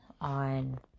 on